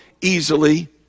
easily